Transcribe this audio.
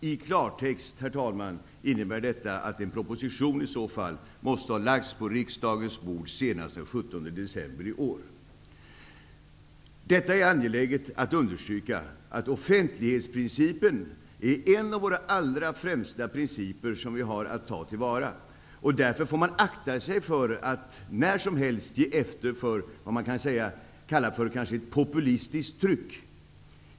I klartext innebär detta att en proposition i så fall måste läggas på riksdagens bord senast den 17 Det är angeläget att understryka att offentlighetsprincipen är en av våra allra främsta principer som vi har att ta till vara. Därför får man akta sig för att när som helst ge efter för vad som kan kallas för ett populistiskt tryck.